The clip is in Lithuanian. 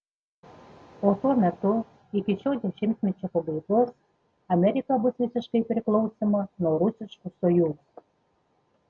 o tuo metu iki šio dešimtmečio pabaigos amerika bus visiškai priklausoma nuo rusiškų sojuz